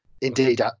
Indeed